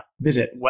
visit